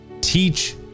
teach